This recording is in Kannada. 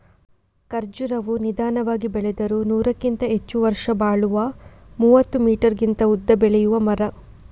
ಖರ್ಜುರವು ನಿಧಾನವಾಗಿ ಬೆಳೆದರೂ ನೂರಕ್ಕಿಂತ ಹೆಚ್ಚು ವರ್ಷ ಬಾಳುವ ಮೂವತ್ತು ಮೀಟರಿಗಿಂತ ಉದ್ದ ಬೆಳೆಯುವ ಮರ